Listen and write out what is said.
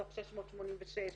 מתוך 686,